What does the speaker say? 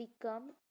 become